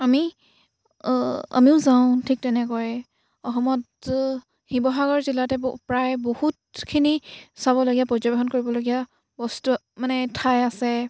আমি আমিও যাওঁ ঠিক তেনেকৈ অসমত শিৱসাগৰ জিলাতে প্ৰায় বহুতখিনি চাবলগীয়া পৰ্যবেক্ষণ কৰিবলগীয়া বস্তু মানে ঠাই আছে